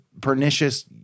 pernicious